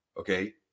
okay